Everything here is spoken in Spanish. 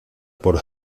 por